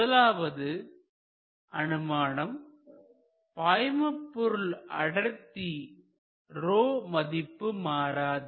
முதலாவது அனுமானம் பாய்மபொருள் அடர்த்தி மதிப்பு மாறாது